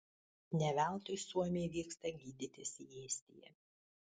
ne veltui suomiai vyksta gydytis į estiją